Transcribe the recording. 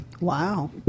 Wow